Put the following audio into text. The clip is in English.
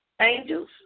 Angels